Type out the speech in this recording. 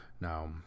Now